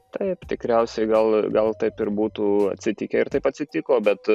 taip tikriausiai gal gal taip ir būtų atsitikę ir taip atsitiko bet